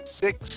six